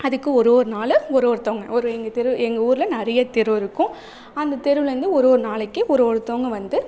அதுக்கு ஒரு ஒரு நாள் ஒரு ஒருத்தவங்க ஒரு எங்கள் தெரு எங்கள் ஊரில் நிறைய தெரு இருக்கும் அந்த தெருவுலந்து ஒரு ஒரு நாளைக்கு ஒரு ஒருத்தவங்க வந்து